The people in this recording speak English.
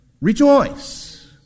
rejoice